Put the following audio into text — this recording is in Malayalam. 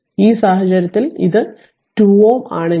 ഈ സാഹചര്യത്തിൽ ഇത് r 2 Ω ആണെങ്കിൽ